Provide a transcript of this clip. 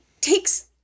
takes